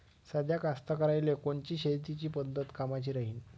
साध्या कास्तकाराइले कोनची शेतीची पद्धत कामाची राहीन?